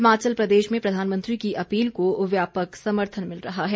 हिमाचल प्रदेश में प्रधानमंत्री की अपील को व्यापक समर्थन मिल रहा है